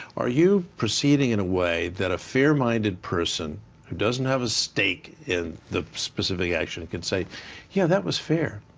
are you preceding and away that a fair-minded person who doesn't have a stake in the specific action can say yes, yeah that was fair.